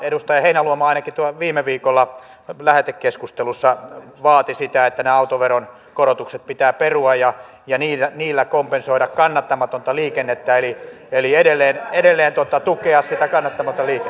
edustaja heinäluoma ainakin viime viikolla lähetekeskustelussa vaati sitä että autoveron alennukset pitää perua ja niillä kompensoida kannattamatonta liikennettä eli edelleen tukea sitä kannattamatonta liikennettä